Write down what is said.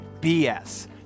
BS